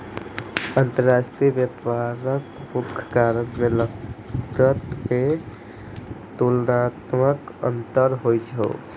अंतरराष्ट्रीय व्यापारक मुख्य कारण मे लागत मे तुलनात्मक अंतर होइ छै